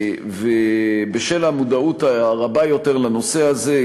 ובשל המודעות הרבה יותר לנושא הזה,